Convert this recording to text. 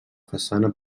façana